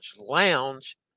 Lounge